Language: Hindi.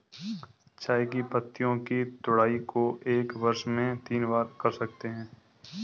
चाय की पत्तियों की तुड़ाई को एक वर्ष में तीन बार कर सकते है